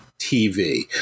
TV